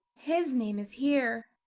his name is here. ah,